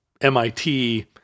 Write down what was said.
MIT